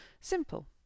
Simple